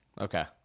Okay